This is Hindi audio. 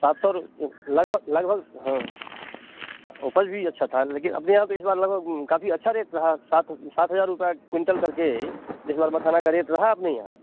सात सौ लगभग लगभग उपज भी अच्छा था लेकिन अपने यहाँ तो इस बार लगभग काफ़ी अच्छा रेट रहा सात सात हज़ार रुपये कुंटल कर के इस बार मखाने का रेट रहा अपने यहाँ